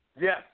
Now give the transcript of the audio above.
Yes